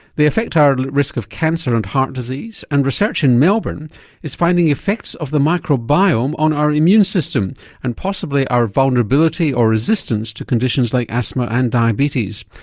they affect our risk of cancer and heart disease and research in melbourne is finding effects of the microbiome on our immune system and possibly our vulnerability or resistance to conditions like asthma and diabetes.